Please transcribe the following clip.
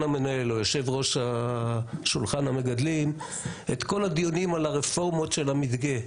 המנהל או יושב-ראש שולחן המגדלים את כל הדיונים על הרפורמות של המדגה.